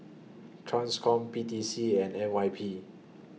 TRANSCOM P T C and N Y P